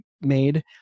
made